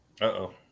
Uh-oh